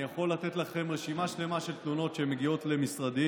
אני יכול לתת לכם רשימה שלמה של תלונות שמגיעות למשרדי